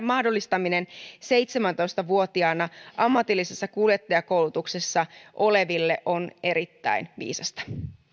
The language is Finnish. mahdollistaminen seitsemäntoista vuotiaana ammatillisessa kuljettajakoulutuksessa oleville on erittäin viisasta